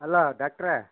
hello ಡಾಕ್ಟ್ರೇ